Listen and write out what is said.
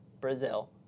Brazil